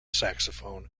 saxophone